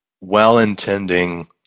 well-intending